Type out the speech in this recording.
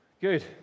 Good